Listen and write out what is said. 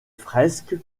fresques